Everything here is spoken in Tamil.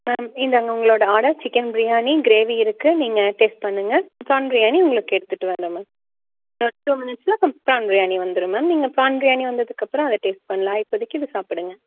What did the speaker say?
மேம் இந்தாங்க உங்களோட ஆர்டர் சிக்கன் பிரியாணி கிரேவி இருக்கு நீங்கள் டேஸ்ட் பண்ணுங்கள் ப்ரான் பிரியாணி உங்களுக்கு எடுத்துகிட்டு வரேன் மேம் ஒரு டூ மினிட்ஸில் ப்ரான் பிரியாணி வந்துரும் மேம் நீங்கள் ப்ரான் பிரியாணி வந்ததுக்கப்புறம் அதை டேஸ்ட் பண்ணலாம் இப்போதிக்கு இதை சாப்பிடுங்க